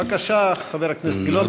בבקשה, חבר הכנסת גילאון.